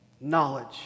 Knowledge